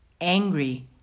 angry